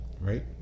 right